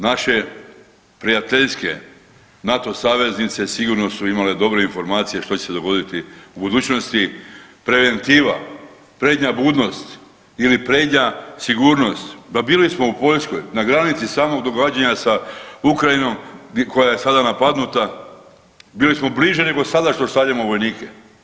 Naše prijateljske NATO saveznice sigurno su imale dobre informacije što će se dogoditi u budućnosti, preventiva, prednja budnost ili prednja sigurnost, pa bili smo u Poljskoj, na granici samog događanja sa Ukrajinom koja je sada napadnuta, bili smo bliže nego sada što stavljamo vojnike.